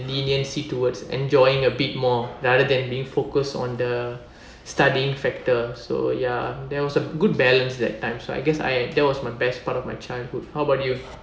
leniency towards enjoying a bit more rather than being focused on the studying factor so ya there was a good balance that time so I guess I that was my best part of my childhood how about you